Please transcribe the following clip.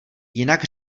jinak